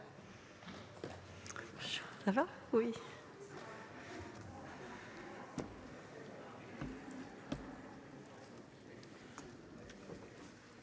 Merci,